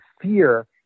fear